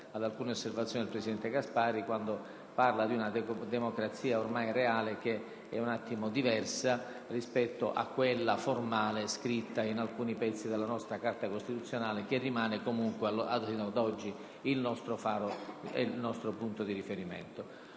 ad alcune osservazioni del presidente Gasparri, quando ha fatto riferimento ad una democrazia reale, diversa rispetto a quella formale scritta in alcune parti della nostra Carta costituzionale, che rimane comunque, ad oggi, il nostro faro e il nostro punto di riferimento.